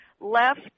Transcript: left